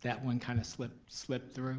that one kind of slipped slipped through.